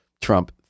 Trump